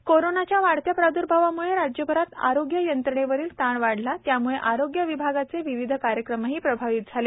AIDS नियंत्रण कोरोनाच्या वाढत्या प्रादुर्भावामुळे राज्यभरात आरोग्य यंत्रणेवरील ताण वाढला त्यामुळे आरोग्य विभागाचे विविध कार्यक्रमही प्रभावी झाले